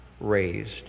raised